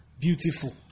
beautiful